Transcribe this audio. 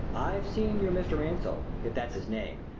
i've seen your mr. ansell if that's his name.